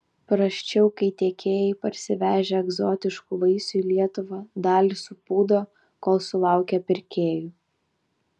prasčiau kai tiekėjai parsivežę egzotiškų vaisių į lietuvą dalį supūdo kol sulaukia pirkėjų